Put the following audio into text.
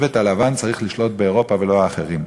השבט הלבן צריך לשלוט באירופה, ולא האחרים.